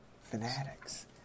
Fanatics